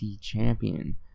champion